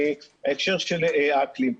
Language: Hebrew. ההקשר של האקלים,